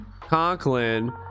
conklin